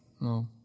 No